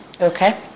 Okay